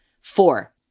Four